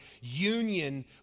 union